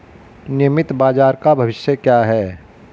नियमित बाजार का भविष्य क्या है?